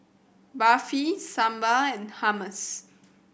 Barfi Sambar and Hummus